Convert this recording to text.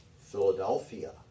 Philadelphia